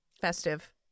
Festive